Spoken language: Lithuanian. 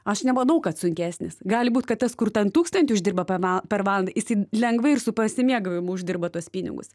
aš nemanau kad sunkesnis gali būt kad tas kur ten tūkstantį uždirba per va valandą jisai lengvai ir su pasimėgavimu uždirba tuos pinigus